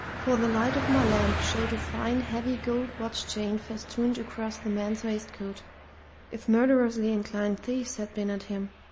for the light of my lamp showed a fine, heavy gold watch-chain festooned across the man's waistcoat if murderously inclined thieves had been at him,